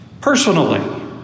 personally